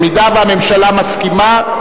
אם הממשלה מסכימה,